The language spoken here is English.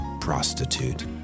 Prostitute